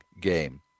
game